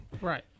Right